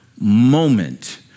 moment